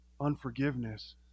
Unforgiveness